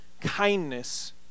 Kindness